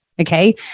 okay